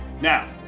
Now